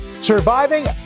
surviving